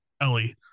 Ellie